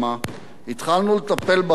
התחלנו לטפל בהורים שלנו,